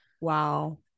Wow